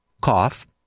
cough